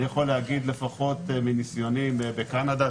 אני יכול להגיד לפחות מניסיוני בקנדה,